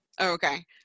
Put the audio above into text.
Okay